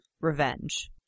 revenge